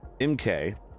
MK